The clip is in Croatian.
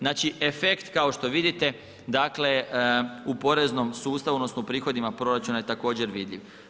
Znači efekt kao što vidite dakle u poreznom sustavu odnosno u prihodima proračuna je također vidljiv.